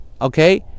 okay